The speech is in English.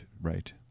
right